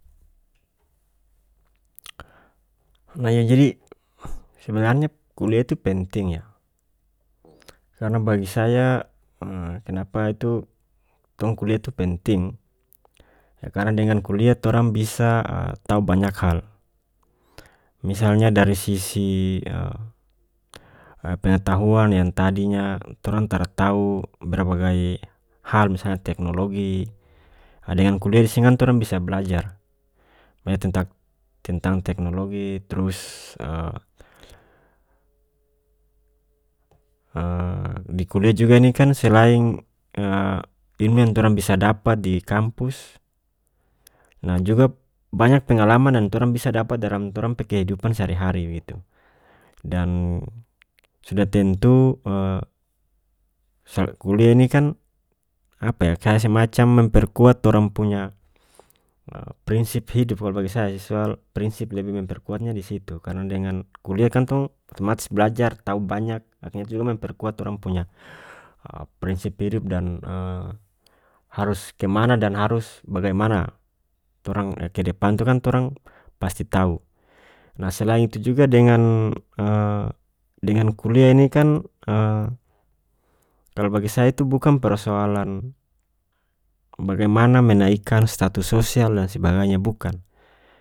Naya jadi sebenarnya kuliah itu penting yah karena bagi saya kenapa itu tong kuliah itu penting ya karena dengan kuliah torang bisa tau banyak hal misalnya dari sisi pengetahuan yang tadinya torang tara tau berbagai hal misalnya teknologi dengan kuliah disini kan torang bisa blajar banya tentak- tentang teknologi trus di kuliah juga ini kan selain ilmu yang torang bisa dapat di kampus nah juga p banyak pengalaman dan torang bisa dapat dalam torang pe kehidupan sehari-hari begitu dan sudah tentu sal kuliah ini kan apa yah kaya semacam memperkuat torang punya prinsip hidup kalu bagi saya soal prinsip lebih memperkuatnya disitu karena dengan kuliah kan tong otomatis blajar tau banyak akirnya juga memperkuat torang punya prinsip hidup dan harus kemana dan harus bagaimana torang kedepan tu kan torang pasti tau nah selain itu juga dengan dengan kuliah ini kan kalu bagi saya itu bukang persoalan bagaimana menaikan status sosial dan sebagainya bukan.